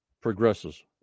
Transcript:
progresses